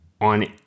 on